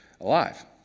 alive